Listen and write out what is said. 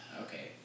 Okay